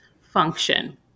function